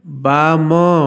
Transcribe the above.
ବାମ